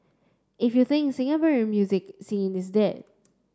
if you think the Singaporean music scene is dead